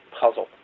puzzle